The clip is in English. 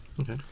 okay